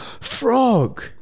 Frog